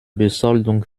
besoldung